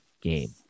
game